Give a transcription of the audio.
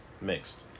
mixed